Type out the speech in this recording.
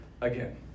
again